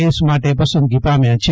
S માટે પસંદગી પામ્યા છે